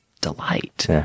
delight